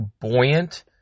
buoyant